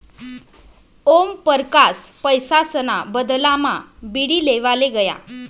ओमपरकास पैसासना बदलामा बीडी लेवाले गया